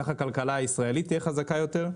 ככה הכלכלה הישראלית תהיה חזקה יותר.